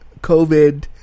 COVID